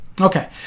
Okay